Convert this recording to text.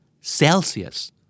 Celsius